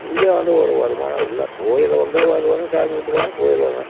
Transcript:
இங்கே வந்து ஒரு வருமானமும் இல்லை கோவில்ல வந்து வருவாங்க சாமி கும்பிடுவாங்க போயிடுவாங்க